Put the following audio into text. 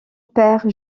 père